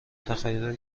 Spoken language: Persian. تخیل